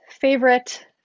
favorite